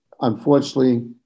unfortunately